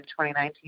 2019